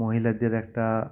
মহিলাদের একটা